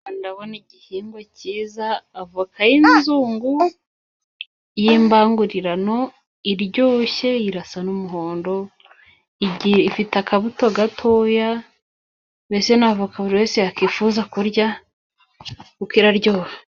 Ndabona igihingwa cyiza, avoka y'inzungu y'imbangurirano iryoshye irasa n'umuhondo, ifite akabuto gatoya, mbese ni avoka buri wese yakifuza kurya, kuko iraryoha.